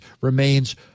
remains